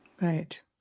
right